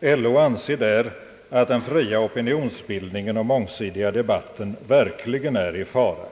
LO anser där att den fria opinionsbildningen och mångsidiga debatten verkligen är i fara.